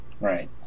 Right